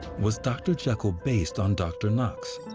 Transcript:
was dr. jekyll based on dr. knox?